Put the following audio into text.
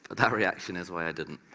but ah reaction is why i didn't.